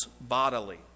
bodily